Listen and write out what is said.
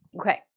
Okay